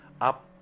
Up